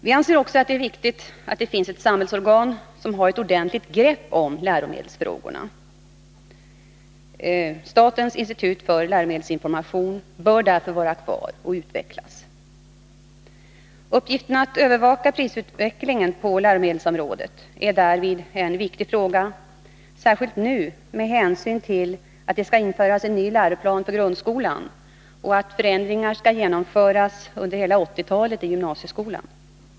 Vi anser också att det är viktigt att det finns ett samhällsorgan som har ett ordentligt grepp om läromedelsfrågorna. Statens institut för läromedelsinformation bör därför vara kvar och utvecklas. Uppgiften att övervaka prisutvecklingen på läromedelsområdet är därvid viktig, särskilt nu med hänsyn till att det skall införas en ny läroplan för grundskolan och att förändringar skall genomföras under hela 1980-talet också i gymnasieskolan.